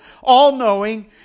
all-knowing